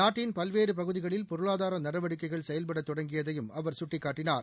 நாட்டின் பல்வேறு பகுதிகளில் பொருளாதார நடவடிக்கைகள் செயல்பட தொடங்கியதையும் அவர் சுட்டிக்காட்டினார்